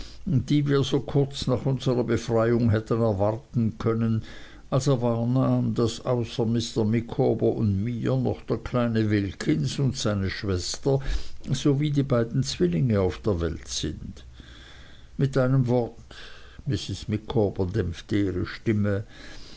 die wir so kurz nach unserer befreiung hätten erwarten können als er wahrnahm daß außer mr micawber und mir noch der kleine wilkins und seine schwester sowie die beiden zwillinge auf der welt sind mit einem wort mrs micawber dämpfte ihre stimme